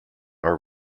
our